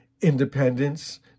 independence